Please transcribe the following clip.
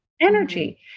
energy